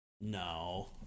no